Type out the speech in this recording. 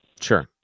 Sure